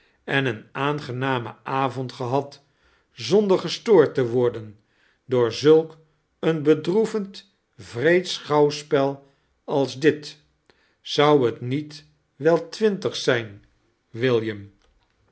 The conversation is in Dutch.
en een aangenamen avond gehad zonder gestoord te worden door zulk een bedroevend wreed schouwspel als dit zou het niet wel twintig zijn